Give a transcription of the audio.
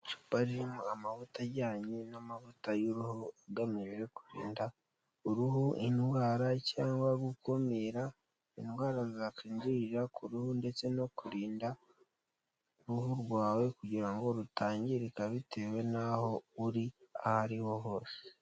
Icupa ririmo amavuta ajyanye n'amavuta y'uruhu agamije kurinda uruhu indwara cyangwa gukumira indwara zakinjirira ku ruhu ndetse no kurinda uruhu rwawe kugira ngo rutangirika bitewe naho uri ahari ho hose.